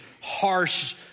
harsh